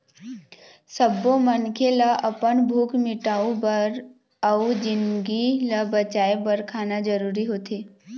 सब्बो मनखे ल अपन भूख मिटाउ बर अउ जिनगी ल बचाए बर खाना जरूरी होथे